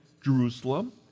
Jerusalem